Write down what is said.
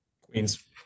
Queens